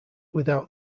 without